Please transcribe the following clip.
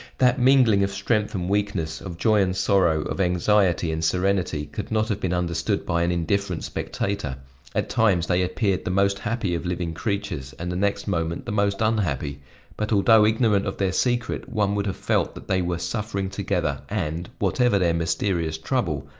that mingling of strength and weakness, of joy and sorrow, of anxiety and serenity could not have been understood by an indifferent spectator at times they appeared the most happy of living creatures, and the next moment the most unhappy but although ignorant of their secret, one would have felt that they were suffering together, and, whatever their mysterious trouble,